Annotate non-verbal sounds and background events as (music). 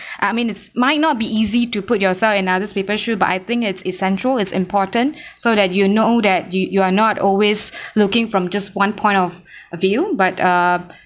(breath) ah I mean it's might not be easy to put yourself in other people's shoes but I think it's essential it's important so that you know that you you are not always (breath) looking from just one point of (breath) view but uh